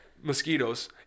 mosquitoes